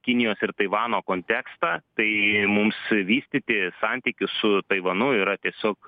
kinijos ir taivano kontekstą tai mums vystyti santykius su taivanu yra tiesiog